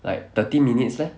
like thirty minutes leh